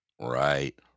Right